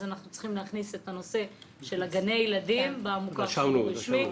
אנחנו צריכים להכניס את הנושא של גני הילדים במוכר שאינו רשמי,